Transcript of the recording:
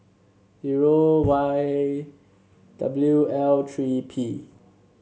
zero Y W L three P